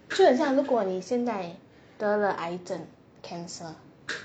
就很像你现在得了癌症 cancer